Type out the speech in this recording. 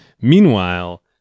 Meanwhile